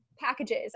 packages